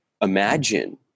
Imagine